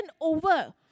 over